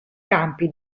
campi